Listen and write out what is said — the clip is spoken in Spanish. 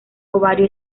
ovario